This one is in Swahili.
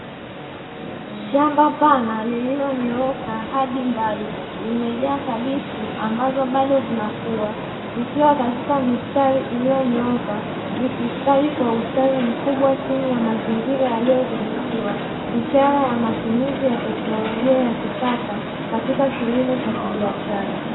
Shamba pana lililonyooka hadi mbali, limejaa kabichi ambazo bado zinakua; zikiwa katika mistari iliyonyooka; zikistawi kwa ustawi mkubwa chini ya mazingira yaliyodhibitiwa, ishara ya matumizi ya teknolojia ya kisasa katika kilimo cha kibiashara.